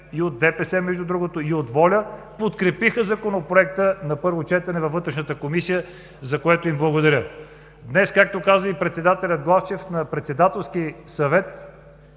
от БСП, от ДПС и от „Воля“ подкрепиха Законопроекта на първо четене във Вътрешната комисия, за което им благодаря. Днес, както каза и председателят Главчев на Председателски съвет,